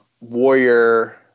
Warrior